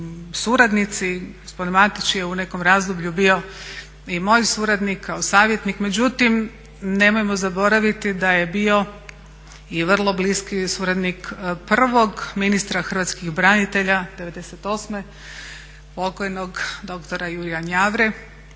suradnici, gospodin Matić je u nekom razdoblju bio i moj suradnik kao savjetnik, međutim nemojmo zaboraviti da je bio i vrlo bliski suradnik prvog ministra hrvatskih branitelja '98. pokojnog dr. Jurja Njavre